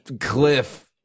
Cliff